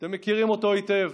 אתם מכירים אותו היטב,